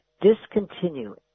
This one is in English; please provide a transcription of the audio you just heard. discontinue